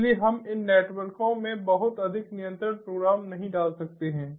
इसलिए हम इन नेटवर्कों में बहुत अधिक नियंत्रण प्रोग्राम नहीं डाल सकते हैं